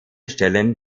stellen